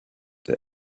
the